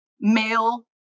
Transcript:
male